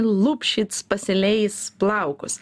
lupšits pasileis plaukus